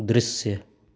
दृश्य